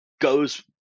goes